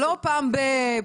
זה לא פעם ב-.